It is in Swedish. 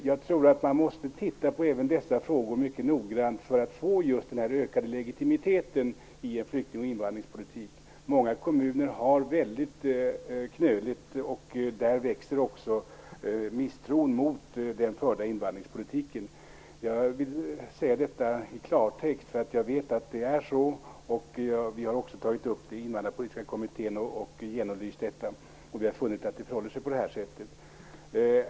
Jag tror att man måste gå igenom även dessa frågor mycket noggrant för att få en ökad legitimitet i flykting och invandringspolitiken. Många kommuner har det väldigt svårt, och där växer misstron mot den förda invandringspolitiken. Jag vill säga detta i klartext, eftersom jag vet att det är så här. Vi har också tagit upp och genomlyst detta i Invandrarpolitiska kommittén, och vi har funnit att det förhåller sig på det här sättet.